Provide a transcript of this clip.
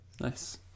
Nice